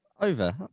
Over